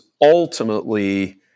ultimately